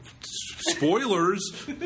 spoilers